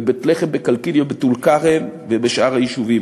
בבית-לחם, בקלקיליה בטול-כרם ובשאר היישובים,